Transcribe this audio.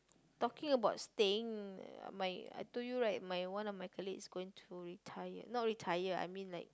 talking about staying my I told you right my one of my colleagues is going to retire not retire I mean like